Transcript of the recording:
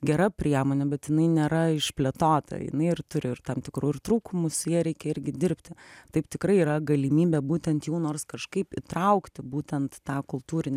gera priemonė bet jinai nėra išplėtota jinai ir turi ir tam tikrų ir trūkumų su ja reikia irgi dirbti taip tikrai yra galimybė būtent jau nors kažkaip įtraukti būtent tą kultūrinę